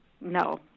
no